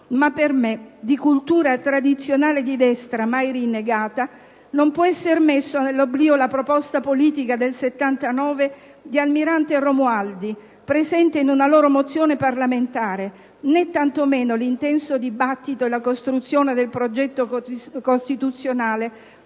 Ma per me, di cultura tradizionale di destra mai rinnegata, non può essere messa nell'oblio la proposta politica del 1979 di Almirante e Romualdi presente in una loro mozione parlamentare, né tantomeno l'intenso dibattito e la costruzione del progetto costituzionale